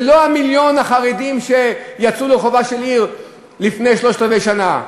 זה לא מיליון החרדים שיצאו לרחובה של עיר לפני שלושת-רבעי השנה,